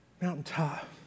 Mountaintop